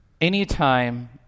Anytime